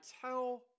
tell